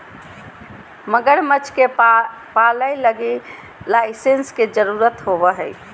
मगरमच्छ के पालय लगी लाइसेंस के जरुरत होवो हइ